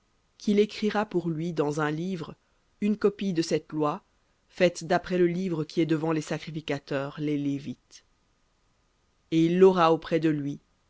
qu'il écrira pour lui dans un livre une copie de cette loi faite d'après le livre qui est devant les sacrificateurs les lévites et il l'aura auprès de lui